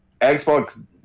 Xbox